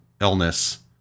illness